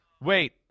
wait